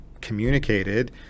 communicated